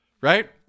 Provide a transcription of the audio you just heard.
right